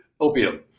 Opium